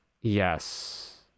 Yes